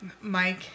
Mike